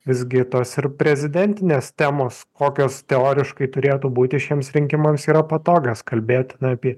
visgi tos ir prezidentinės temos kokios teoriškai turėtų būti šiems rinkimams yra patogios kalbėtina apie